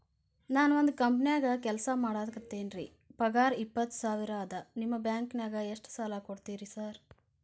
ನಾನ ಒಂದ್ ಕಂಪನ್ಯಾಗ ಕೆಲ್ಸ ಮಾಡಾಕತೇನಿರಿ ಪಗಾರ ಇಪ್ಪತ್ತ ಸಾವಿರ ಅದಾ ನಿಮ್ಮ ಬ್ಯಾಂಕಿನಾಗ ಎಷ್ಟ ಸಾಲ ಕೊಡ್ತೇರಿ ಸಾರ್?